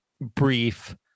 brief